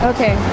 Okay